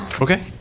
okay